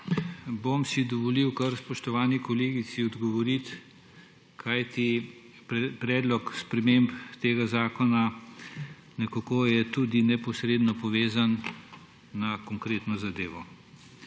bom dovolil kar spoštovani kolegici odgovoriti, kajti predlog sprememb tega zakona je nekako tudi neposredno povezan s konkretno zadevo.